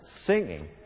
singing